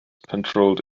patrolled